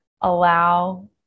allow